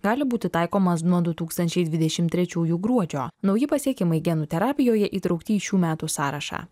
gali būti taikomas nuo du tūkstančiai dvidešimt trečiųjų gruodžio nauji pasiekimai genų terapijoje įtraukti į šių metų sąrašą